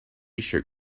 tshirt